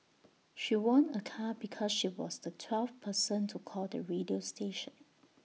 she won A car because she was the twelfth person to call the radio station